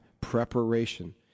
Preparation